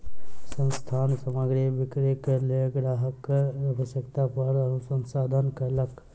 संस्थान सामग्री बिक्रीक लेल ग्राहकक आवश्यकता पर अनुसंधान कयलक